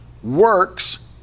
works